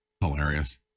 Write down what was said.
Hilarious